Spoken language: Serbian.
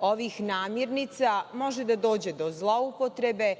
ovih namirnica, može da dođe do zloupotrebe,